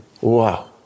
Wow